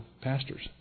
pastors